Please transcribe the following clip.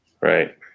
Right